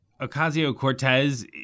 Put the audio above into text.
Ocasio-Cortez